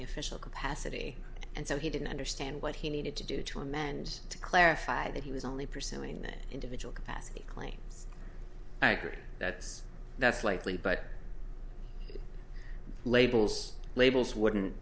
the official capacity and so he didn't understand what he needed to do to a man's to clarify that he was only pursuing that individual capacity claims i agree that's that's likely but labels labels wouldn't